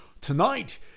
Tonight